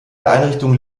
einrichtungen